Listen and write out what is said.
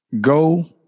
go